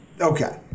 okay